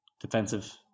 Defensive